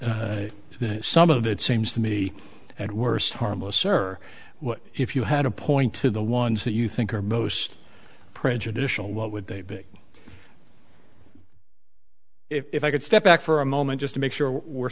now some of it seems to me at worst harmless server if you had to point to the ones that you think are most prejudicial what would they be if i could step back for a moment just to make sure we're